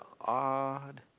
odd